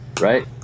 Right